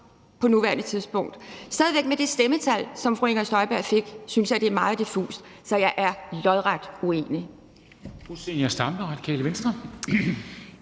på nuværende tidspunkt? Stadig væk med det stemmetal, som fru Inger Støjberg fik, synes jeg det er meget diffust, så jeg er lodret uenig.